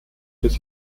des